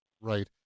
Right